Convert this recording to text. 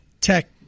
tech